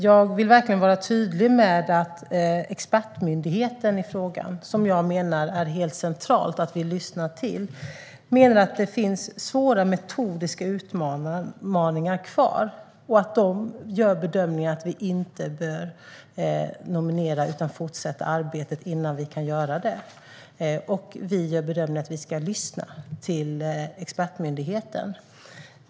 Jag vill verkligen vara tydlig med att expertmyndigheten i fråga, som jag menar att det är helt centralt att vi lyssnar till, menar att det finns svåra metodiska utmaningar kvar och gör bedömningen att vi inte bör nominera utan fortsätta arbetet innan vi kan göra det. Vi gör bedömningen att vi ska lyssna till expertmyndigheten.